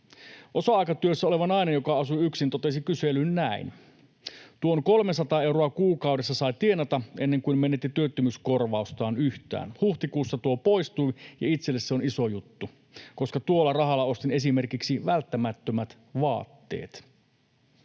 Osa-aikatyössä oleva nainen, joka asuu yksin, totesi kyselyyn näin: ”Tuon 300 euroa kuukaudessa sai tienata, ennen kuin menetti työttömyyskorvaustaan yhtään. Huhtikuussa tuo poistui, ja itselle se on iso juttu, koska tuolla rahalla ostin esimerkiksi välttämättömät vaatteet.”